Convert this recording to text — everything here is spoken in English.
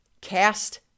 Cast